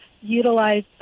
utilize